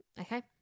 Okay